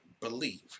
believe